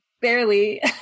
barely